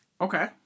Okay